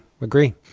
Agree